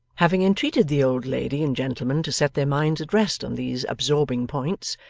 having entreated the old lady and gentleman to set their minds at rest on these absorbing points,